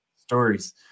stories